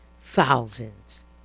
thousands